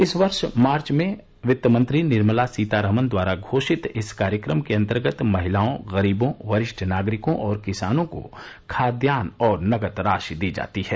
इस वर्ष मार्च में वित्तमंत्री निर्मला सीतारामन द्वारा घोषित इस कार्यक्रम के अंतर्गत महिलाओं गरीबों वरिष्ठ नागरिकों और किसानों को खाद्यान्न और नकद राशि दी जाती है